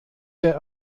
der